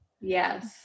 Yes